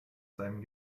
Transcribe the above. seinem